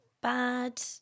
bad